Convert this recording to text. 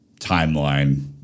timeline